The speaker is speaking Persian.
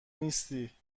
نیستی